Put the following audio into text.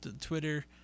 Twitter